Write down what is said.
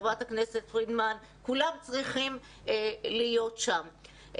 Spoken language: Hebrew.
חברת הכנסת פרידמן, כולם צריכים להיות שם.